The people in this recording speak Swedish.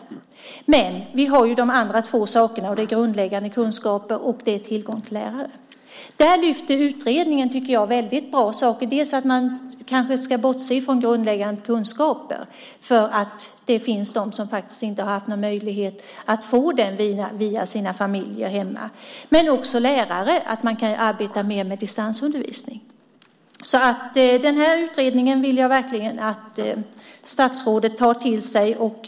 Vi har också de andra två sakerna. Det är grundläggande kunskaper och tillgång till lärare. Där lyfter utredningen upp väldigt bra saker, tycker jag. Man kanske ska bortse från grundläggande kunskaper eftersom det finns de som faktiskt inte har haft möjlighet att få det via sina familjer. Det gäller även lärare. Man kan arbeta mer med distansundervisning. Jag vill verkligen att statsrådet tar till sig den här utredningen.